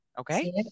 Okay